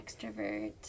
extrovert